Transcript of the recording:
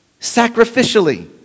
sacrificially